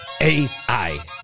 AI